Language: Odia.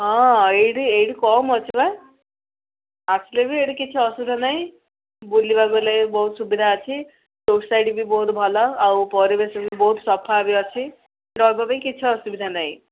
ହଁ ଏଇଠି ଏଇଠି କମ୍ ଅଛି ବା ଆସିଲେ ବି ଏଇଠି କିଛି ଅସୁବିଧା ନାହିଁ ବୁଲିବାକୁ ହେଲେ ବହୁତ ସୁବିଧା ଅଛି ରୋଡ଼୍ ସାଇଡ଼୍ ବି ବହୁତ ଭଲ ଆଉ ପରିବେଶ ବି ବହୁତ ସଫା ବି ଅଛି ରହିବା ପାଇଁ କିଛି ଅସୁବିଧା ନାହିଁ